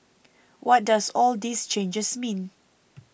what does all these changes mean